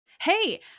Hey